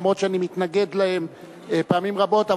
למרות שאני מתנגד להן פעמים רבות,